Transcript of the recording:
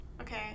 Okay